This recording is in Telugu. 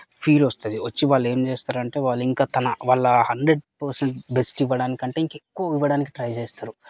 ఫీల్ వస్తుంది వచ్చి వాళ్ళు ఏం చేస్తారంటే వాళ్ళు ఇంకా తన వాళ్ళ హండ్రెడ్ పర్సెంట్ బెస్ట్ ఇవ్వడానికంటే ఇంకా ఎక్కువ ఇవ్వడానికి ట్రై చేస్తారు